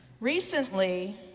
Recently